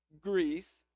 Greece